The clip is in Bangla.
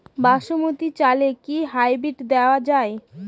বাসমতী চালে কি হাইব্রিড দেওয়া য়ায়?